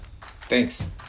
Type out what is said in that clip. Thanks